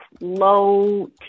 Low